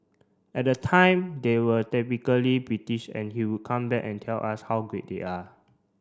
at that time they were typically British and he would come back and tell us how great they are